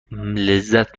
لذت